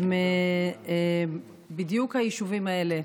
הם בדיוק היישובים האלה.